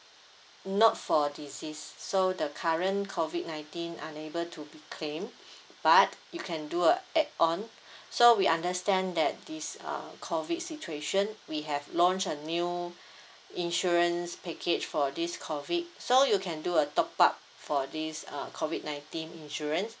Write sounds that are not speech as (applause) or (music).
not for disease so the current COVID nineteen unable to be claimed (breath) but you can do a add on so we understand that this uh COVID situation we have launch a new insurance package for this COVID so you can do a top up for this uh COVID nineteen insurance